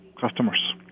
customers